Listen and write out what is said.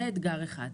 זה אתגר אחד.